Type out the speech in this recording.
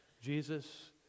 Jesus